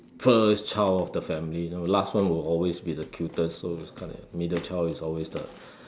first child of the family you know last one will always be the cutest so it's kind of the middle child is always the